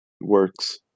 works